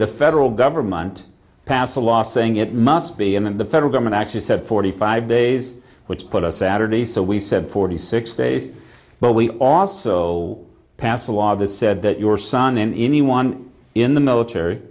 the federal government passed a law saying it must be him and the federal government actually said forty five days which put us saturday so we said forty six days but we also passed a law that said that your son in anyone in the military